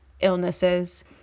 illnesses